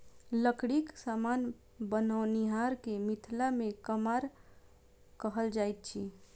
लकड़ीक समान बनओनिहार के मिथिला मे कमार कहल जाइत अछि